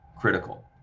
critical